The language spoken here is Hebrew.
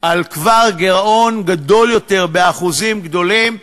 כבר על גירעון גדול יותר, באחוזים גדולים.